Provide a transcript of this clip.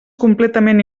completament